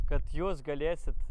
kad jūs galėsit